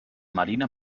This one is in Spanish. marina